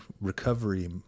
recovery